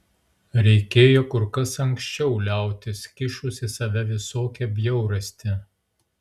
reikėjo kur kas anksčiau liautis kišus į save visokią bjaurastį